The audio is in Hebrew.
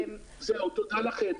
תודה לכם.